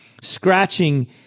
scratching